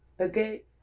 okay